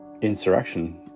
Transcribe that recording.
Insurrection